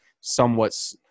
somewhat